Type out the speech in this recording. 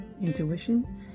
intuition